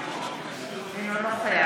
בבקשה, החוצה.